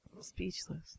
Speechless